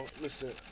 listen